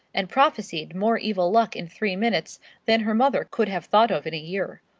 and prophesied more evil luck in three minutes than her mother could have thought of in a year.